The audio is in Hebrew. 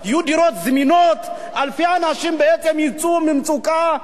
אלפי אנשים בעצם יצאו מהמצוקה החברתית של הדיור.